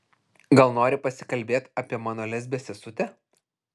gal nori pasikalbėti apie mano lesbę sesutę